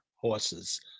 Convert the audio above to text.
horses